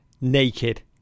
Naked